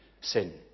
sin